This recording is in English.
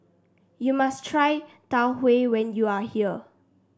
you must try Tau Huay when you are here